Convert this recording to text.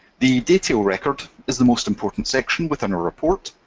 the detail record is the most important section within a report,